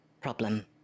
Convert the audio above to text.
problem